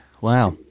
Wow